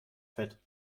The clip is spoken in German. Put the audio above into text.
fett